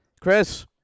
Chris